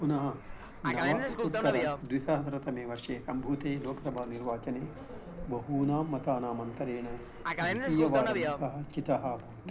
पुनः नव उत्तरद्विसहस्रतमे वर्षे सम्भूते लोकभानिर्वाचने बहूनां मतानाम् अन्तरेण द्वितीयवारं सः चितः अभूत्